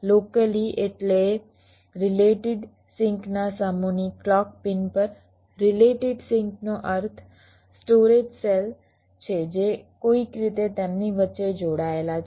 locally એટલે કે related sync ના સમૂહની ક્લૉક પિન પર રીલેટેડ સિંકનો અર્થ સ્ટોરેજ સેલ છે જે કોઈક રીતે તેમની વચ્ચે જોડાયેલા છે